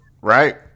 right